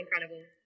incredible